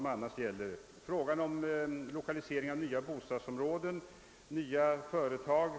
Man har inte heller utrett frågan om lokaliseringen av nya bostadsområden och nya företag.